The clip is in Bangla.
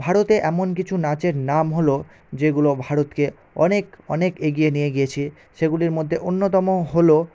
ভারতে এমন কিছু নাচের নাম হলো যেগুলো ভারতকে অনেক অনেক এগিয়ে নিয়ে গিয়েছে সেগুলির মধ্যে অন্যতম হলো